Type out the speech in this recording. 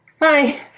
hi